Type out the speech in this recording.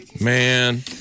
Man